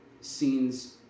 scenes